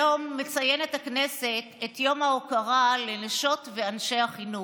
היום מציינת הכנסת את יום ההוקרה לנשות ואנשי החינוך.